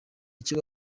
icyo